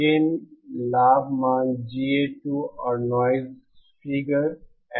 यह गेन लाभ मान GA2 और नॉइज़ फिगर F2 है